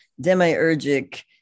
demiurgic